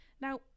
Now